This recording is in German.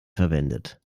verwendet